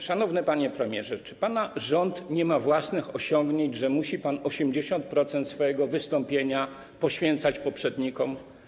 Szanowny panie premierze, czy pana rząd nie ma własnych osiągnięć, że musi pan 80% swojego wystąpienia poświęcać poprzednikom?